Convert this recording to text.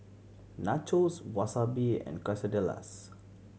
Nachos Wasabi and Quesadillas